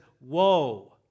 woe